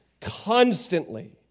constantly